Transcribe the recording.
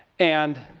and,